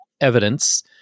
evidence